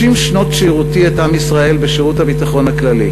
30 שנות שירותי את עם ישראל בשירות הביטחון הכללי,